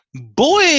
boy